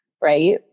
right